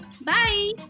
Bye